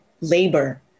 labor